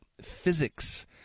Physics